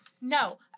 no